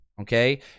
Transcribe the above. okay